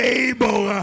able